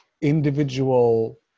individual